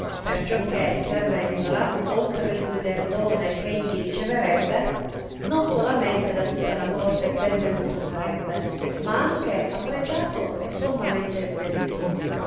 grado perciò che servendola oltre il guidardone eh egli riceverebbe non solamente da tutta la corte ben veduto sarebbe ma anche appreciato e sommamente riverito